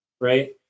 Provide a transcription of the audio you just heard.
Right